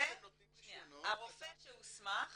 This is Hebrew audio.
הרופא שהוסמך